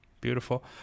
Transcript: Beautiful